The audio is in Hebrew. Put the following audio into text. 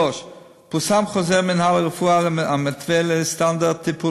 3. פורסם חוזר מינהל הרפואה המתווה סטנדרט טיפול